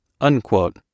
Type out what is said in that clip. Unquote